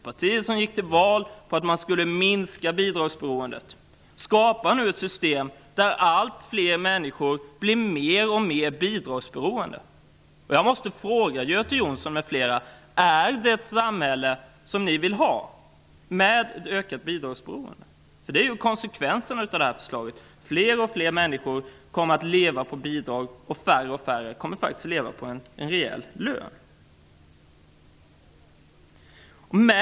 De partier som gick till val på förslag om att minska bidragsberoendet skapar nu ett system där allt fler människor blir mer och mer bidragsberoende. Jag måste fråga Göte Jonsson m.fl.: Är det ett samhälle med ett ökat bidragsberoende som ni vill ha? Det är ju konsekvensen av förslaget; fler och fler människor kommer att leva på bidrag, och färre och färre kommer att leva på en rejäl lön.